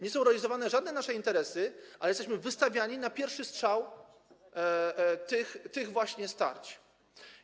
Nie są realizowane żadne nasze interesy, a jesteśmy wystawiani na pierwszy strzał w ramach tych właśnie starć.